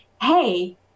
hey